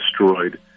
destroyed